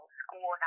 school